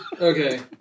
Okay